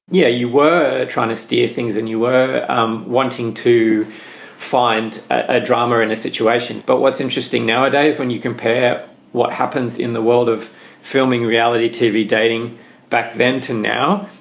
yeah you were trying to steer things and you were um wanting to find a drama in a situation. but what's interesting nowadays, when you compare what happens in the world of filming reality tv dating back then to now,